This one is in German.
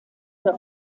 oder